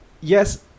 Yes